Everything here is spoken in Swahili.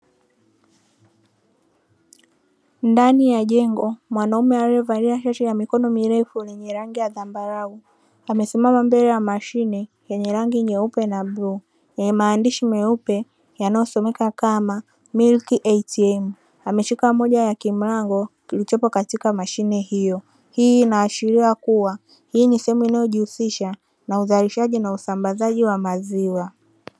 Ndani ya jengo mwanaume aliyevalia shati la mikono mirefu lenye rangi ya zambarau, amesimama mbele ya mashine yenye rangi nyeupe na bluu yenye maandishi meupe yanayosomeka kama "milk atm", ameshika moja ya kimlango kilichopo katika mashine hiyo; hii inaashiria kuwa hii ni sehemu inayojihusisha na uzalishaji na usambazaji wa maziwa.